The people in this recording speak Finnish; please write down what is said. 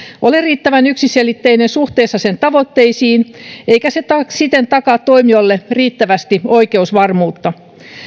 ole riittävän yksiselitteinen suhteessa sen tavoitteisiin eikä se siten takaa toimijoille riittävästi oikeusvarmuutta